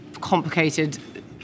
complicated